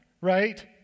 right